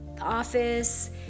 office